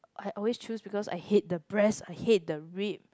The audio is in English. I always choose because I hate the breast I hate the rib